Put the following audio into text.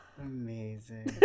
Amazing